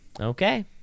Okay